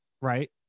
right